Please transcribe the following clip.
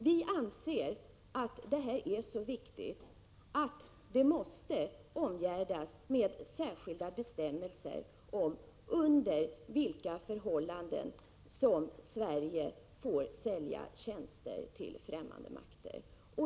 Vi anser att det här är så viktigt att det måste omgärdas med särskilda bestämmelser som anger under vilka förhållanden Sverige får sälja tjänster till fftämmande makter.